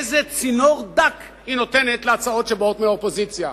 איזה צינור דק היא נותנת להצעות שבאות מהאופוזיציה,